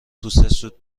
سوت